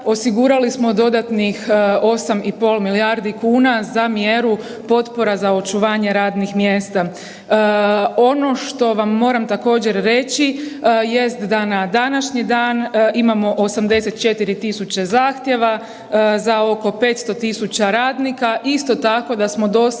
osigurali smo dodatnih 8,5 milijardi kuna za mjeru potpora za očuvanje radnih mjesta. Ono što vam moram također reći jest da na današnji dan imamo 84.000 zahtjeva za oko 500.000 radnika, isto tako da smo do sada